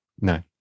No